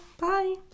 Bye